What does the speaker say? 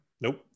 Nope